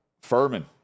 Furman